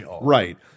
right